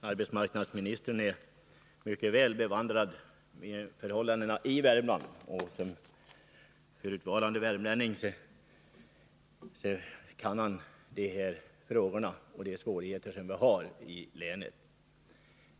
arbetsmarknadsministern är mycket väl bevandrad när det gäller förhållandena i Värmland. Som förutvarande värmlänning känner han till de här frågorna och de svårigheter som vi har i länet.